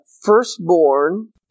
firstborn